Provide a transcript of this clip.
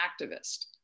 activist